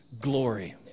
glory